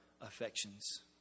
affections